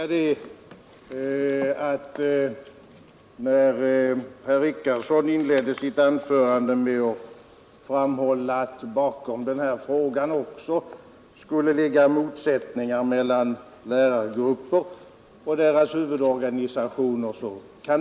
Herr talman! Herr Richardson inledde sitt anförande med att framhålla att det bakom denna fråga också ligger motsättningar mellan lärargrupper och deras huvudorganisationer.